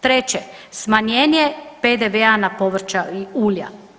Treće, smanjenje PDV-a na povrća i ulja.